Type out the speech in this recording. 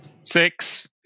Six